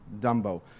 Dumbo